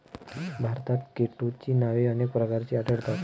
भारतात केटोची नावे अनेक प्रकारची आढळतात